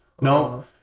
no